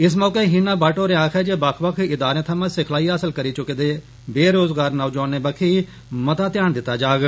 इस मौके हिना भट्ट होरें आखेआ जे बक्ख बक्ख इदारें थमां सिखलाई हासल करी चुके दे बेरोजगार नौजवानें बक्खी मता ध्यान दित्ता जाग